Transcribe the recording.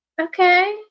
okay